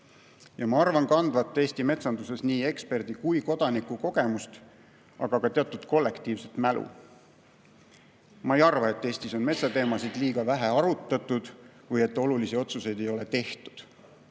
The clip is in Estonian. Ma arvan kandvat Eesti metsanduses nii eksperdi kui ka kodaniku kogemust, aga ka teatud kollektiivset mälu. Ma ei arva, et Eestis on metsateemasid liiga vähe arutatud või et olulisi otsuseid ei ole tehtud.